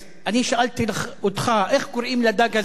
אני שאלתי אותך איך קוראים לדג הזה?